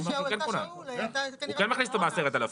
הוא אמר שכן כונן, הוא כן מכניס אותו ב-10 אלף.